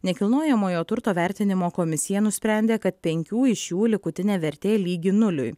nekilnojamojo turto vertinimo komisija nusprendė kad penkių iš jų likutinė vertė lygi nuliui